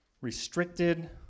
restricted